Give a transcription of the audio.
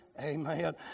Amen